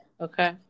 okay